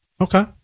Okay